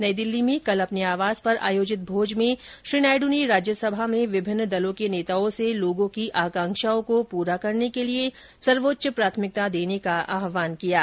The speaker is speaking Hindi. नई दिल्ली में कल अपने आवास पर आयोजित भोज में श्री नायडू ने राज्यसभा में विभिन्न दलों के नेताओं से लोगों की आकांक्षाओं को पूरा करने के लिए सर्वोच्च प्राथमिकता देने का आह्वान किया है